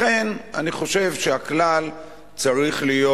לכן, אני חושב שהכלל צריך להיות: